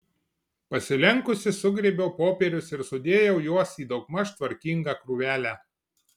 pasilenkusi sugrėbiau popierius ir sudėjau juos į daugmaž tvarkingą krūvelę